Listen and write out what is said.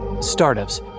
Startups